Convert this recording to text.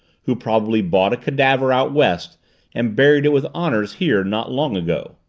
who probably bought a cadaver out west and buried it with honors here not long ago?